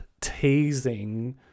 teasing